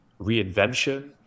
reinvention